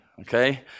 okay